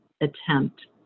attempt